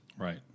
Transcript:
Right